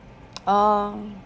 uh